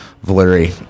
Valerie